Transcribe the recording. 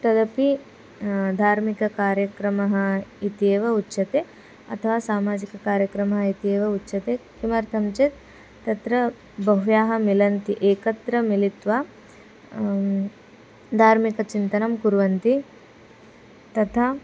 तदपि धार्मिककार्यक्रमः इत्येव उच्यते अथवा सामाजिककार्यक्रमः इत्येव उच्यते किमर्थं चेत् तत्र बह्व्याः मिलन्ति एकत्र मिलित्वा धार्मिकचिन्तनं कुर्वन्ति तथा